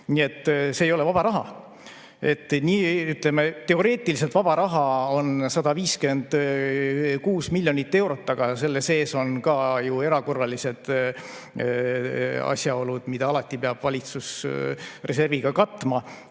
Nii et see ei ole vaba raha. Ütleme, et teoreetiliselt vaba raha on 156 miljonit eurot, aga selle sees on ka ju erakorralised kulud, mida alati peab valitsus reserviga katma.